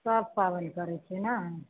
सब पाबनि करय छियै ने